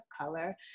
color